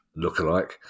lookalike